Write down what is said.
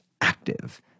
active